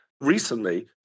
Recently